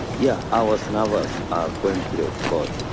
yeah i was nervous ah going to the court.